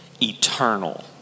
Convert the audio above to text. eternal